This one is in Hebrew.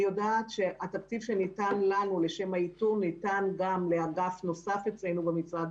אני יודעת שהתקציב שניתן לנו לשם האיתור ניתן גם לאגף נוסף אצלנו במשרד,